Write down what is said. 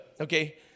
Okay